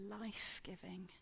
life-giving